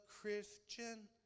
Christian